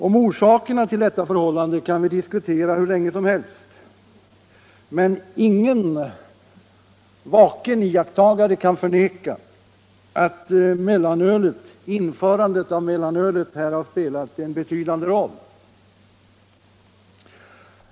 Orsakerna till detta förhållande kan vi diskutera hur länge som helst, men ingen kan förneka att införandet av mellanölet här har spelat en betydande roll.